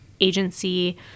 agency